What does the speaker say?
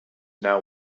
now